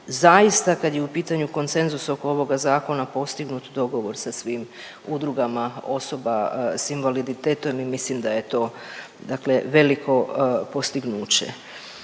zaista, kad je u pitanju konsenzus oko ovoga Zakona, postignut dogovor sa svim udrugama osoba s invaliditetom i mislim da je to dakle veliko postignuće.